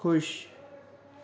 ख़ुशि